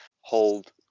hold